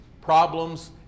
problems